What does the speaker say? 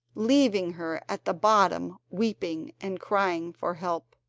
leaving her at the bottom weeping and crying for help.